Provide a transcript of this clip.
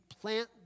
plant